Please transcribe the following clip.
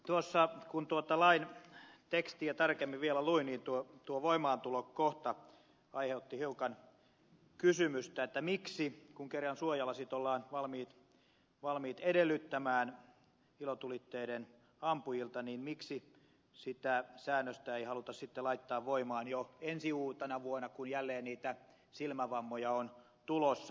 tuossa kun tuota lain tekstiä tarkemmin vielä luin niin tuo voimaantulokohta aiheutti hiukan kysymystä kun kerran suojalasit ollaan valmiit edellyttämään ilotulitteiden ampujilta miksi sitä säännöstä ei haluta sitten laittaa voimaan jo ensi uutenavuotena kun jälleen niitä silmävammoja on tulossa